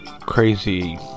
crazy